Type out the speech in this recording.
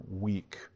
weak